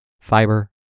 fiber